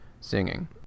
singing